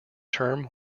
term